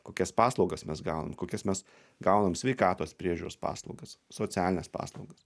kokias paslaugas mes gaunam kokias mes gaunam sveikatos priežiūros paslaugas socialines paslaugas